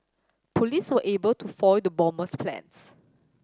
police were able to foil the bomber's plans